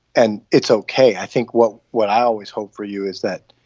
and it's okay. i think what what i always hope for you is that